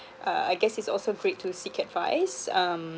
uh I guess it's also great to seek advice um